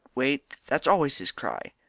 wait, that's always his cry.